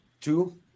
two